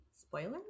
spoiler